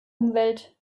umwelt